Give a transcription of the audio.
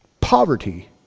poverty